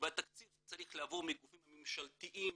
והתקציב צריך להגיע מהגופים הממשלתיים,